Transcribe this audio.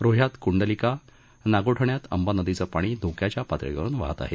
रोह्यात कंडलिका नागोठण्यात अंबा नदीचं पाणी धोक्याच्या पातळीवरून वहात आहे